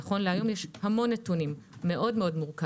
נכון להיום יש המון נתונים, מאוד מורכב.